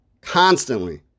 constantly